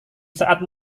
saat